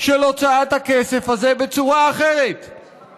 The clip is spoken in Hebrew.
של הוצאת הכסף הזה בצורה אחרת, בכלל לא, כסף.